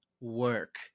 work